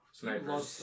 snipers